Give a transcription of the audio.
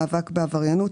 מאבק בעבריינות,